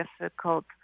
difficult